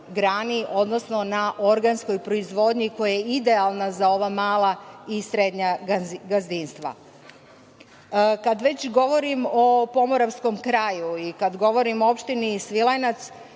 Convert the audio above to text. odnosno na organskoj proizvodnji koja je idealna za ova mala i srednja gazdinstva. Kada već govorim o pomoravskom kraju i kada govorim o opštini Svilajnac,